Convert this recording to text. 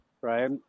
right